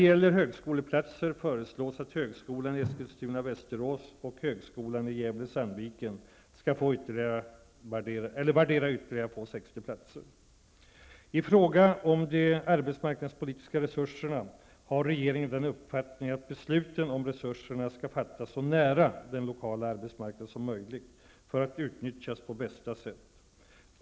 I fråga om de arbetsmarknadspolitiska resurserna har regeringen den uppfattningen att besluten om resurserna skall fattas så nära den lokala arbetsmarknaden som möjligt för att utnyttjas på bästa sätt.